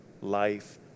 life